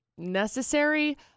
necessary